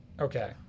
okay